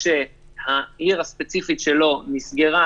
שכביכול יצאנו מהסגר,